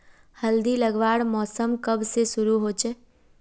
हल्दी लगवार मौसम कब से शुरू होचए?